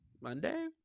Monday